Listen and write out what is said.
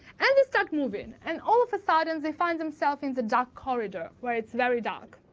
and they start moving. and all of a sudden they find themselves in the dark corridor, where it's very dark.